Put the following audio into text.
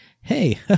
hey